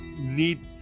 Need